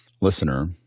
listener